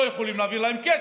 לא יכולים להעביר להם כסף.